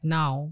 now